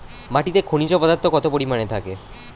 মাটিতে খনিজ পদার্থ কত পরিমাণে থাকে?